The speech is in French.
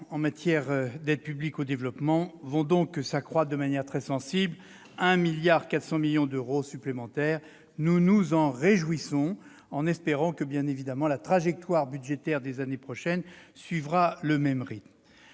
en matière d'aide publique au développement vont donc s'accroître de manière très sensible de plus de 1,4 milliard d'euros supplémentaires. Nous nous en réjouissons, en espérant que la trajectoire budgétaire des années prochaines suivra le même rythme.